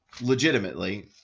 legitimately